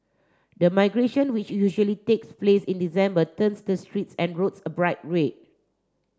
the migration which usually takes place in December turns the streets and roads a bright red